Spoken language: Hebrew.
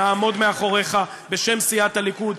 נעמוד מאחוריך בשם סיעת הליכוד.